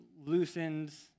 Loosens